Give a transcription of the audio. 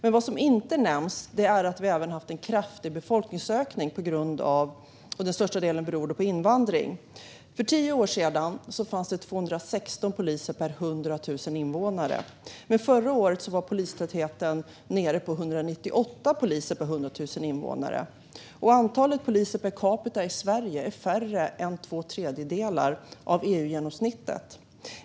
Men vad som inte nämns är att vi även haft en kraftig befolkningsökning, till största delen beroende på invandring. För tio år sedan fanns det 216 poliser per 100 000 invånare. Men förra året var polistätheten nere på 198 poliser per 100 000 invånare. Antalet poliser per capita i Sverige motsvarar mindre än två tredjedelar av EU-genomsnittet.